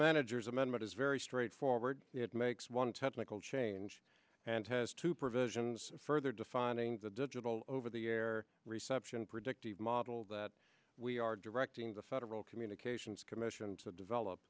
manager's amendment is very straightforward it makes one technical change and has two provisions further defining the digital over the air reception predictive model that we are directing the federal communications commission to develop